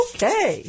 Okay